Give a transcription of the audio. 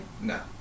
No